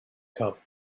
cub